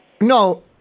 no